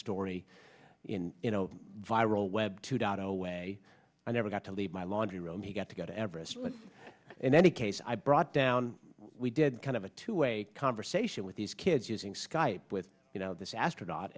story in you know viral web two dot away i never got to leave my laundry room he got to go to everest in any case i brought down we did kind of a two way conversation with these kids using skype with you know this astronaut